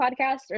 podcast